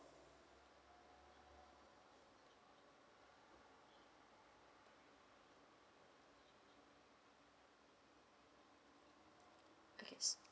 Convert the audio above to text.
yes